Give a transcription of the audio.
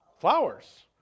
Flowers